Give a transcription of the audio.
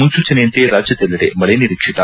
ಮುನ್ಸೂಚನೆಯಂತೆ ರಾಜ್ಯದೆಲ್ಲೆಡೆ ಮಳೆ ನಿರೀಕ್ಷಿತ